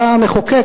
בא המחוקק,